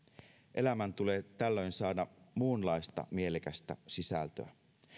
elämään tulee tällöin saada muunlaista mielekästä sisältöä